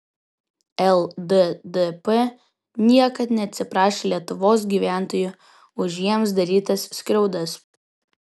lddp niekad neatsiprašė lietuvos gyventojų už jiems darytas skriaudas